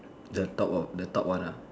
the top the top one ah